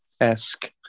esque